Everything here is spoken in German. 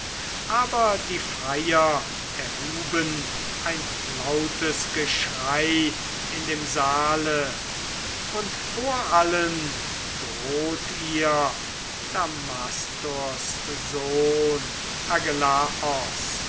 aber die freier erhuben ein lautes geschrei in dem saale und vor allen droht ihr damastors sohn